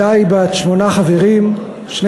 התשע"ג 2013,